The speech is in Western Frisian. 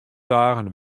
dagen